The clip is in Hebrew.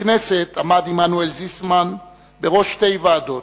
בכנסת עמד עמנואל זיסמן בראש שתי ועדות,